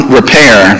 repair